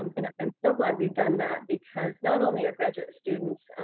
um and i'm so glad we've done that because not only are graduate students,